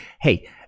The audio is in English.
hey